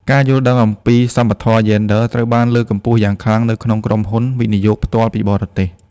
ការយល់ដឹងអំពី "សមធម៌យេនឌ័រ" ត្រូវបានលើកកម្ពស់យ៉ាងខ្លាំងនៅក្នុងក្រុមហ៊ុន វិនិយោគផ្ទាល់ពីបរទេស។